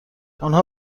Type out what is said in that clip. آنها